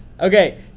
Okay